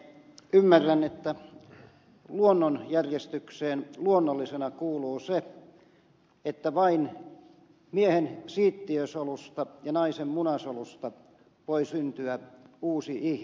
ymmärrän että luonnonjärjestykseen luonnollisena kuuluu se että vain miehen siittiösolusta ja naisen munasolusta voi syntyä uusi ihminen